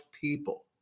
people